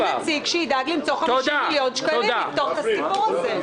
מי זה שידאג למצוא 50 מיליון שקלים כדי לפתור את הבעיה הזאת?